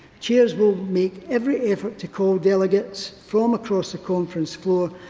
chairs will make every effort to call delegates from across the conference floor,